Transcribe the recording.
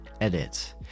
Edit